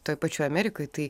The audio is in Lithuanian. toj pačioj amerikoj tai